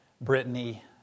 Brittany